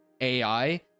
AI